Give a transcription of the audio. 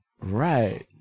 Right